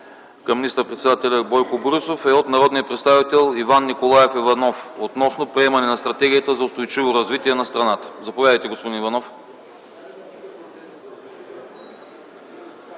към министър-председателя Бойко Борисов е от народния представител Иван Николаев Иванов относно приемането на Стратегията за устойчиво развитие на страната. Заповядайте, господин Иванов.